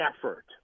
effort